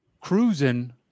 cruising